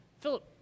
Philip